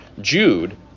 Jude